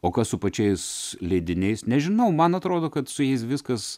o kas su pačiais leidiniais nežinau man atrodo kad su jais viskas